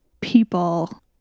people